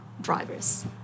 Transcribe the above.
Drivers